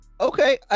Okay